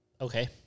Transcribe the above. Okay